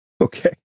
Okay